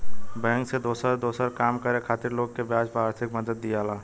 bank से दोसर दोसर काम करे खातिर लोग के ब्याज पर आर्थिक मदद दियाला